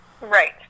Right